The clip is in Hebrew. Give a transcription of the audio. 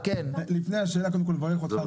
לפני השאלה אני רוצה קודם כול לברך אותך,